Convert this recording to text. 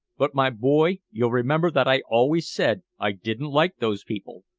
but, my boy, you'll remember that i always said i didn't like those people.